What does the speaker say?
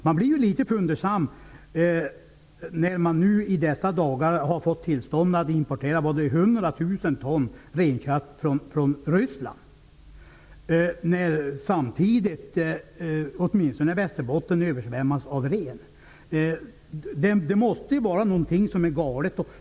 Jag blir litet fundersam att man nu i dessa dagar har fått tillstånd att importera 100 000 ton renkött från Ryssland när samtidigt åtminstone Västerbotten översvämmas av ren. Det måste vara någonting som är galet.